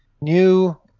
new